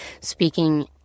speaking